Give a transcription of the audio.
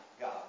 God